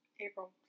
April